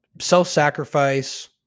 self-sacrifice